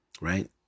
right